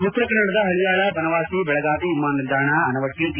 ಉತ್ತರ ಕನ್ನಡದ ಹಳಿಯಾಳ ಬನವಾಸಿ ಬೆಳಗಾವಿ ವಿಮಾನ ನಿಲ್ದಾಣ ಆನವಟ್ಟ ಟಿ